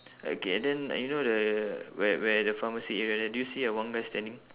okay then you know the where where the pharmacy area there do you see a one guy standing